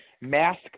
mask